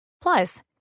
Plus